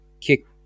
kick